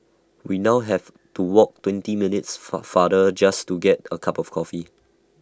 we now have to walk twenty minutes far farther just to get A cup of coffee